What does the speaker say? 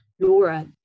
Laura